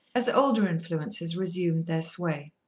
as older influences resumed their sway.